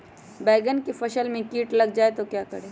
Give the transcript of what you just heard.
बैंगन की फसल में कीट लग जाए तो क्या करें?